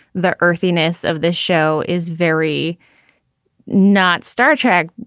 the earthiness of this show is very not star trek,